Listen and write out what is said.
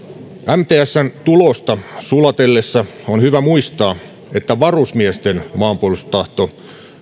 mtsn tulosta sulatellessa on hyvä muistaa että varusmiesten maanpuolustustahto